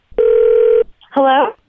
Hello